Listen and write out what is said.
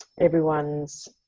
everyone's